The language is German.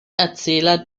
erzähler